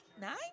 nine